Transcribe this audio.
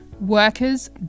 Workers